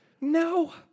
No